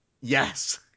Yes